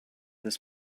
this